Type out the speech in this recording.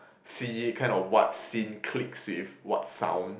see it kind of what scene clicks with what sound